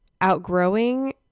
outgrowing